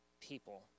people